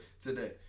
today